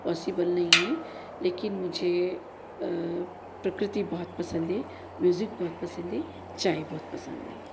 possible नहीं है लेकिन मुझे प्रकृति बहुत पसंद है म्यूजिक बहुत पसंद है चाय बहुत पसंद है